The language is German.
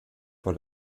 vor